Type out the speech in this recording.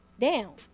down